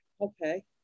Okay